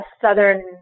southern